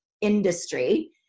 industry